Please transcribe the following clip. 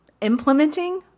implementing